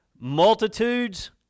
Multitudes